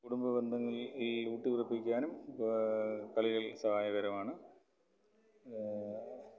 കുടുംബ ബന്ധങ്ങൾ ഈ ഊട്ടി ഉറപ്പിക്കുവാനും കളികൾ സഹായകരമാണ്